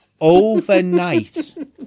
overnight